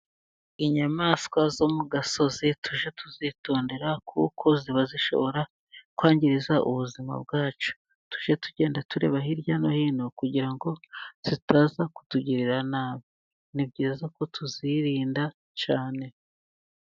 Inyamaswa zo mu gasozi tujye tuzitondera kuko ziba zishobora kwangiza ubuzima bwacu. Tujye tugenda tureba hirya no hino, kugira ngo zitaza kutugirira nabi. Ni byiza ko tuzirinda cyane.